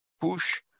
push